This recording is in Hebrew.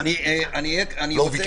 יש